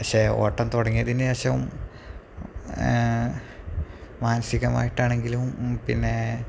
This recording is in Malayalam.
പക്ഷേ ഓട്ടം തുടങ്ങിയതിനുശേഷം മനസികമായിട്ടാണെങ്കിലും പിന്നെ